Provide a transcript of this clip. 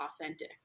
authentic